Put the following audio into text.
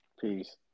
peace